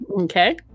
Okay